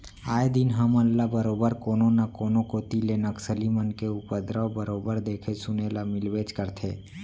आए दिन हमन ल बरोबर कोनो न कोनो कोती ले नक्सली मन के उपदरव बरोबर देखे सुने ल मिलबेच करथे